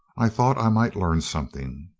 i thought i might learn something.